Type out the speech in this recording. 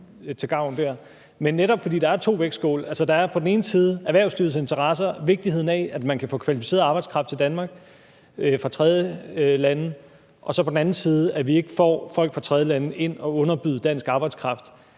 Men der er netop to vægtskåle. Der er på den ene side erhvervslivets interesser, vigtigheden af, at man kan få kvalificeret arbejdskraft til Danmark fra tredjelande, og så på den anden side det, at vi ikke får folk fra tredjelande ind at underbyde dansk arbejdskraft.